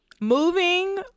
Moving